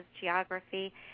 geography